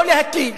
לא להטיל